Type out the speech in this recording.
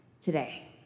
today